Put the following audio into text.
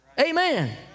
Amen